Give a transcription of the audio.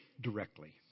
directly